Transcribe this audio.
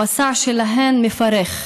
המסע שלהן מפרך,